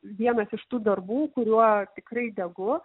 vienas iš tų darbų kuriuo tikrai degu